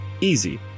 Easy